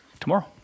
tomorrow